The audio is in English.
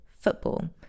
football